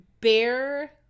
bear